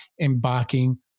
embarking